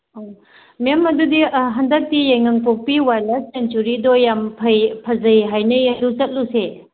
ꯑꯧ ꯃꯦꯝ ꯑꯗꯨꯗꯤ ꯍꯟꯗꯛꯇꯤ ꯌꯥꯏꯉꯪꯄꯣꯛꯄꯤ ꯋꯥꯏꯜ ꯂꯥꯏꯐ ꯁꯦꯡꯆꯨꯔꯤꯗꯣ ꯌꯥꯝ ꯐꯖꯩ ꯍꯥꯏꯅꯩꯑꯦ ꯑꯗꯨ ꯆꯠꯂꯨꯁꯦ